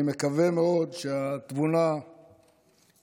אני מקווה מאוד שהתבונה תגבר,